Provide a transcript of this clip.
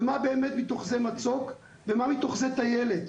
ומה באמת מתוך זה מצוק, ומה מתוך זה טיילת.